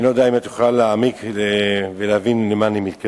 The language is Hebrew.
אני לא יודע אם את יכולה להעמיק ולהבין למה אני מתכוון.